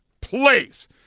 Please